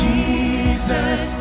Jesus